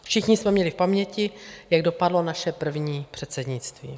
Všichni jsme měli v paměti, jak dopadlo naše první předsednictví.